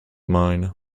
mine